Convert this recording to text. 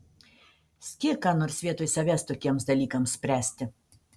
skirk ką nors vietoj savęs tokiems dalykams spręsti